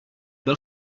byl